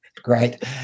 Great